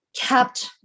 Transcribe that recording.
kept